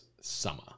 summer